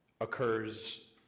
occurs